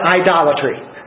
idolatry